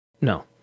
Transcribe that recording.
No